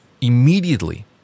immediately